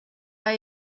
are